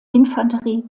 infanterie